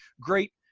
great